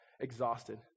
exhausted